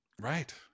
Right